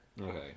Okay